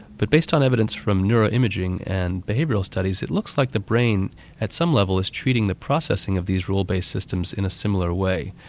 but based on evidence from neuro-imaging and behavioural studies, it looks like the brain at some level is treating the processing of these rule-based systems in a similar way,